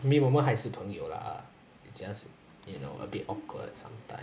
没有我们还是朋友 lah it's just you know a bit awkward sometimes